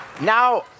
Now